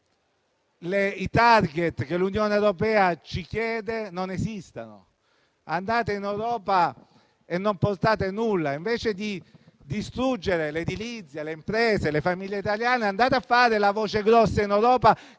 i *target* che l'Unione europea ci chiede non esistano. Andate in Europa e non portate nulla. Invece di distruggere l'edilizia, le imprese e le famiglie italiane, andate a fare la voce grossa in Europa, chiedendo degli